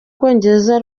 bwongereza